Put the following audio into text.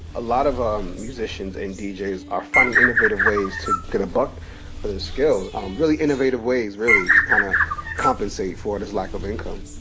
a lot of um musicians and deejays are finding innovative ways to get a buck for their skills in really innovative ways, really to kind of compensate for this lack of income.